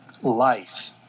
life